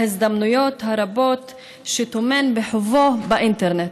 להזדמנויות הרבות שטומן בחובו האינטרנט,